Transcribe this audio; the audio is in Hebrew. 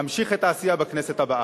אמשיך את העשייה בכנסת הבאה.